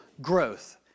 growth